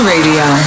Radio